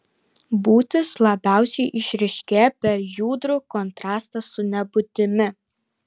būtis labiausiai išryškėja per judrų kontrastą su nebūtimi